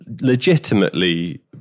legitimately